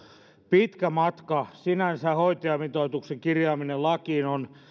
pitkä matka sinänsä hoitajamitoituksen kirjaaminen lakiin on